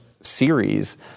series